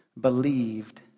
believed